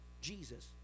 Jesus